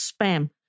spam